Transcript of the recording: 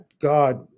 God